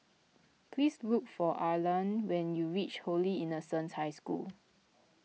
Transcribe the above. please look for Arlan when you reach Holy Innocents' High School